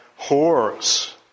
whores